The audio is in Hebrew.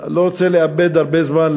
לא רוצה לאבד הרבה זמן,